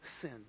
sin